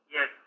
Yes